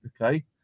Okay